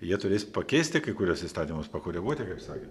jie turės pakeisti kai kuriuos įstatymus pakoreguoti kaip sakant